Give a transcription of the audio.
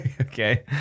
Okay